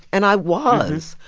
and i was,